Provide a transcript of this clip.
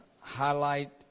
highlight